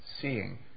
seeing